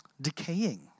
decaying